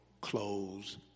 clothes